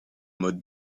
mode